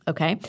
Okay